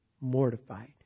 mortified